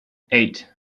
eight